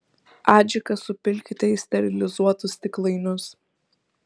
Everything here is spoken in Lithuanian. adžiką supilkite į sterilizuotus stiklainius